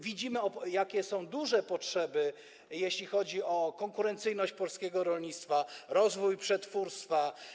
Widzimy, jak duże są potrzeby, jeśli chodzi o konkurencyjność polskiego rolnictwa, rozwój przetwórstwa.